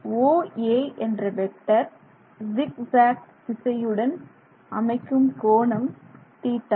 OA என்ற vector ஜிக் ஜேக் திசையுடன் அமைக்கும் கோணம் θ